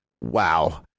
wow